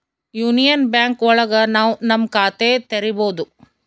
union bank ಒಳಗ ನಾವ್ ನಮ್ ಖಾತೆ ತೆರಿಬೋದು